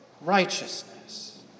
righteousness